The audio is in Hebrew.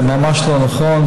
זה ממש לא נכון.